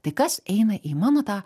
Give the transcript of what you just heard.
tai kas eina į mano tą